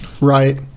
right